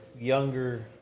younger